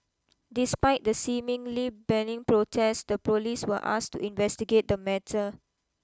despite the seemingly benign protest the police were asked to investigate the matter